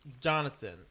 Jonathan